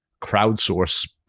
crowdsource